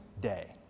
day